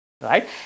right